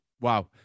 Wow